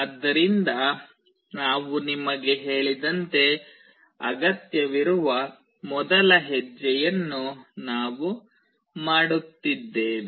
ಆದ್ದರಿಂದ ನಾವು ನಿಮಗೆ ಹೇಳಿದಂತೆ ಅಗತ್ಯವಿರುವ ಮೊದಲ ಹೆಜ್ಜೆಯನ್ನು ನಾವು ಮಾಡುತ್ತಿದ್ದೇವೆ